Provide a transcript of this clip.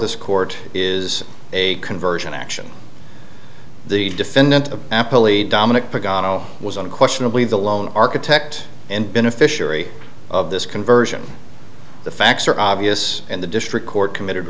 this court is a conversion action the defendant of dominic was unquestionably the lone architect and beneficiary of this conversion the facts are obvious and the district court committed